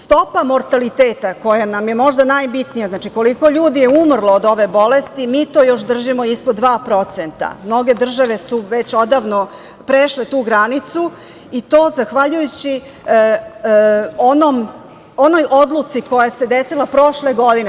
Stopa mortaliteta, koja nam je možda i najbitnija, znači, koliko je ljudi umrlo od ove bolesti, mi to još držimo ispod 2%, mnoge države su već odavno prešle tu granicu i to zahvaljujući onoj odluci koja se desila prošle godine.